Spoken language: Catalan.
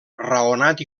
raonat